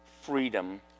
freedom